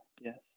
Yes